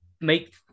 make